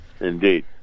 Indeed